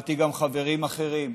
שמעתי גם חברים אחרים.